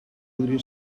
podria